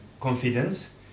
confidence